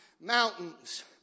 Mountains